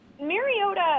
Mariota